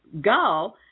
go